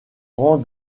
rang